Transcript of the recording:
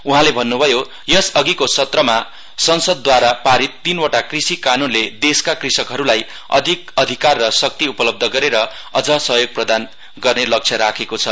उहाँले भन्न्भयो यस अघिको सत्रमा संसदद्वारा पारित तीनवटा कृषि कानूनले देशका कृषकहरूलाई अधिक अधिकार र शक्ति उपलब्ध गरेर अझ सहयोग प्रदान गर्ने लक्ष्य राखेको छ